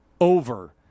over